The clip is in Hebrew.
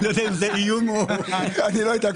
אני לא יודע אם זה איום או --- אני לא יודע,